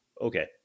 Okay